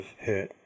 hurt